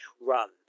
run